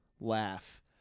laugh